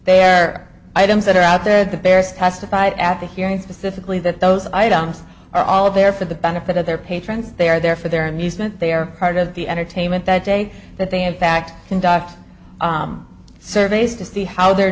their items that are out there the barest testified at the hearing specifically that those items are all there for the benefit of their patrons they are there for their amusement they are part of the entertainment that day that they in fact conduct surveys to see how they're